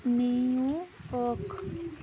New York